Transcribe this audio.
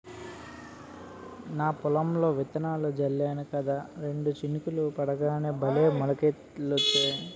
నా పొలంలో విత్తనాలు జల్లేను కదా రెండు చినుకులు పడగానే భలే మొలకలొచ్చాయి